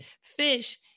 fish